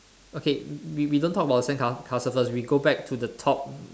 okay we we don't talk about sand ca~ castle first we go back to the top